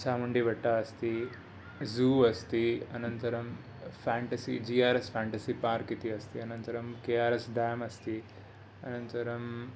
चामुण्डिबेट्टा अस्ति ज़ू अस्ति अनन्तरं fantasy G R S fantasy इति अस्ति अनन्तरं के आर् एस् डाम् अस्ति अनन्तरं